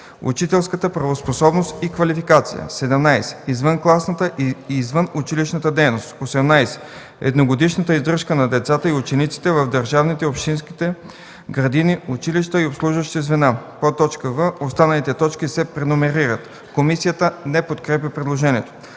учителската правоспособност и квалификация; 17. извънкласната и извънучилищната дейност; 18. едногодишната издръжка на децата и учениците в държавните и общинските градини, училища и обслужващи звена” в) останалите точки се преномерират.” Комисията не подкрепя предложението.